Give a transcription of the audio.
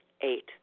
Eight